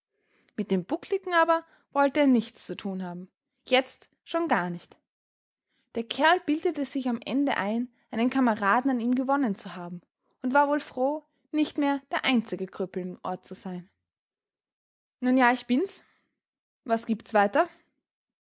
mit dem buckligen aber wollte er nichts zu tun haben jetzt schon gar nicht der kerl bildete sich am ende ein einen kameraden an ihm gewonnen zu haben und war wohl froh nicht mehr der einzige krüppel im ort zu sein nun ja ich bin's was gibt's weiter